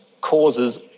causes